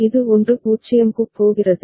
இது 1 0 க்குப் போகிறது